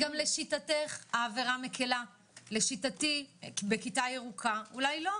לשיטתך, העבירה מקלה, לשיטתי בכיתה ירוקה אולי לא.